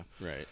right